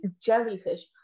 jellyfish